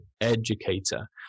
educator